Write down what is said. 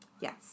Yes